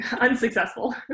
unsuccessful